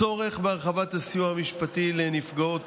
הצורך בהרחבת הסיוע המשפטי לנפגעות